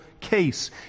case